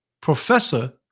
Professor